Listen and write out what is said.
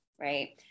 right